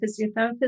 physiotherapist